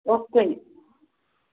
okay ਜੀ